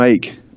make –